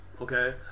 okay